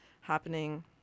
happening